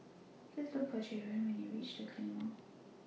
Please Look For Jaren when YOU REACH The Claymore